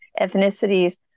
ethnicities